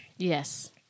Yes